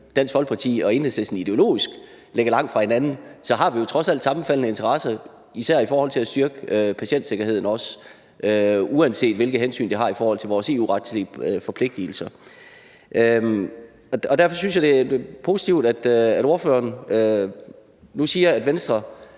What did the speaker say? Dansk Folkeparti og Enhedslisten ideologisk ligger langt fra hinanden, har vi jo trods alt sammenfaldende interesser især også i forhold til at styrke patientsikkerheden, uanset hvilke hensyn der er i forhold til vores EU-retslige forpligtigelser. Derfor synes jeg, det er positivt, at ordføreren nu siger, at Venstre